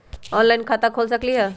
Online खाता खोल सकलीह?